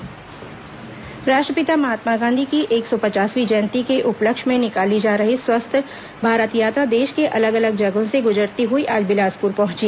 स्वस्थ भारत यात्रा राष्ट्रपिता महात्मा गांधी की एक सौ पचासवीं जयंती के उपलक्ष्य में निकाली जा रही स्वस्थ भारत यात्रा देश के अलग अलग जगहों से गुजरती हुई आज बिलासपुर पहुंची